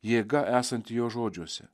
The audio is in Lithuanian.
jėga esanti jo žodžiuose